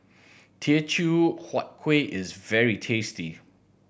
Teochew Huat Kueh is very tasty